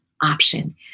option